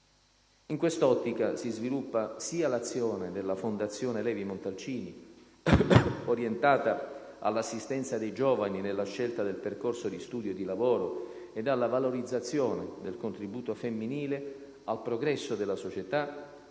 In quest'ottica si sviluppa sia l'azione della Fondazione Levi-Montalcini, orientata all'assistenza dei giovani nella scelta del percorso di studio e di lavoro ed alla valorizzazione del contributo femminile al progresso della società,